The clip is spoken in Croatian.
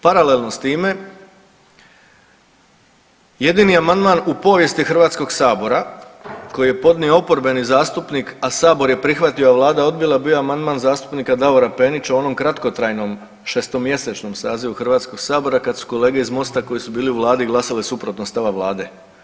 Paralelno s time jedini amandman u povijesti Hrvatskog sabora koji je podnio oporbeni zastupnik, a sabor je prihvatio, a vlada odbila bio je amandman zastupnika Davora Penića u onom kratkotrajnom šestomjesečnom sazivu Hrvatskog sabora, kad su kolege iz MOST-a koji su bili u vladi glasali suprotno od stava vlade.